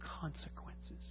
consequences